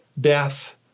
death